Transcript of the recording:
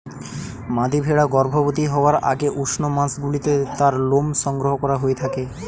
মাদী ভেড়া গর্ভবতী হওয়ার আগে উষ্ণ মাসগুলিতে তার লোম সংগ্রহ করা হয়ে থাকে